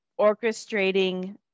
orchestrating